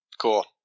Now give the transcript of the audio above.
Cool